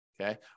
Okay